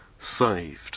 saved